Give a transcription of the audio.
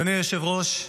אדוני היושב-ראש,